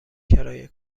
کرایه